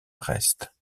reste